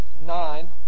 nine